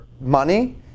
money